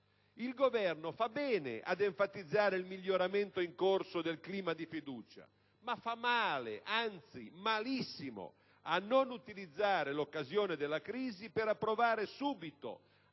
Il Governo fa bene ad enfatizzare il miglioramento in corso del clima di fiducia, ma fa male - anzi, malissimo - a non utilizzare l'occasione della crisi per approvare, subito,